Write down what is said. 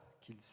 qu'il